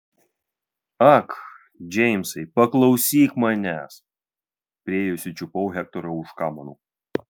ak džeimsai paklausyk manęs priėjusi čiupau hektorą už kamanų